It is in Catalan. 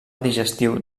digestiu